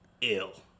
ill